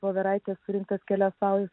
voveraitė surinkta atkelia sau